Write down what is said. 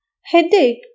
Headache